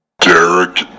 Derek